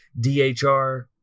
DHR